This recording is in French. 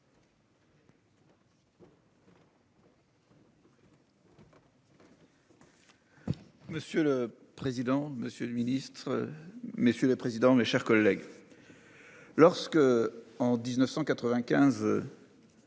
Monsieur le président, Monsieur le Ministre. Monsieur le président, mes chers collègues. Lorsque, en 1995.